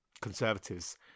conservatives